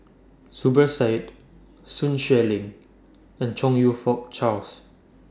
Zubir Said Sun Xueling and Chong YOU Fook Charles